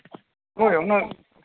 ᱦᱳᱭ ᱩᱱᱟᱹᱜ